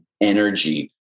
energy